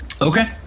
Okay